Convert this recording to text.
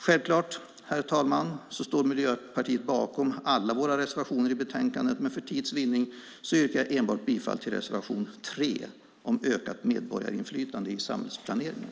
Självklart, herr talman, står vi i Miljöpartiet bakom alla våra reservationer i betänkandet, men för tids vinnande yrkar jag bifall enbart till reservation 3 om ökat medborgarinflytande i samhällsplaneringen.